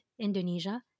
Indonesia